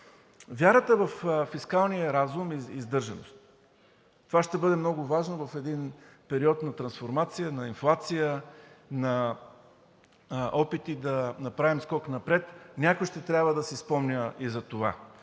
Вярата във фискалния разум и сдържаност ще бъде много важна в един период на трансформация, на инфлация, на опит да направим скок напред и някой ще трябва да си спомни за това.